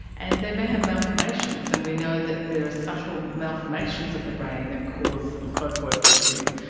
and they may have malformations, and we know that there are subtle malformations of the brain that cause focal epilepsies,